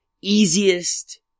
easiest